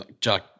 Jack